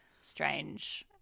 strange